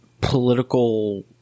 political